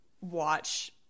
watch